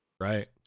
right